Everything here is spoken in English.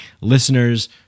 listeners